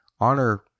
honor